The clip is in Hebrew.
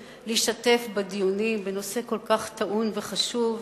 להשתתף בדיונים בנושא כל כך טעון וחשוב,